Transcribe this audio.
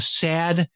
sad